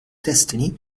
destiny